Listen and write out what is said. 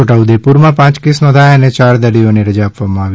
છોટા ઉદેપુરમાં પાંચ કેસ નોધયા અને યાર દર્દીઓને રજા આપવામાં આવી